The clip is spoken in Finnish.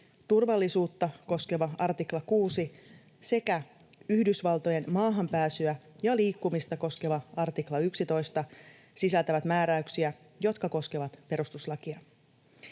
turvallisuutta koskeva 6 artikla sekä Yhdysvaltojen maahanpääsyä ja liikkumista koskeva 11 artikla sisältävät määräyksiä, jotka koskevat perustuslakia.